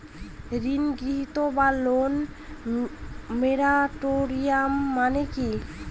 ঋণ স্থগিত বা লোন মোরাটোরিয়াম মানে কি?